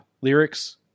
lyrics